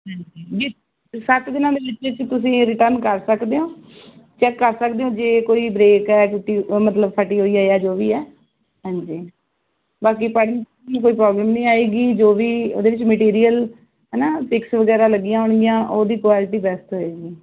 ਹਾਂਜੀ ਜੇ ਸੱਤ ਦਿਨਾਂ ਦੇ ਵਿੱਚ ਵਿੱਚ ਤੁਸੀਂ ਰਿਟਰਨ ਕਰ ਸਕਦੇ ਹੋ ਚੈੱਕ ਕਰ ਸਕਦੇ ਹੋ ਜੇ ਕੋਈ ਬ੍ਰੇਕ ਐ ਟੁੱਟੀ ਮਤਲਬ ਫਟੀ ਹੋਈ ਹੈ ਜਾਂ ਜੋ ਵੀ ਆ ਹਾਂਜੀ ਬਾਕੀ ਪੜਨ ਚ ਕੋਈ ਪ੍ਰੋਬਲਮ ਨਹੀਂ ਆਏਗੀ ਜੋ ਵੀ ਉਹਦੇ ਵਿੱਚ ਮਟੀਰੀਅਲ ਹਨ ਪਿਕਸ ਵਗੈਰਾ ਲੱਗੀਆਂ ਹੋਣਗੀਆਂ ਉਹਦੀ ਕੁਆਲਟੀ ਬੈਸਟ ਹੋਏਗੀ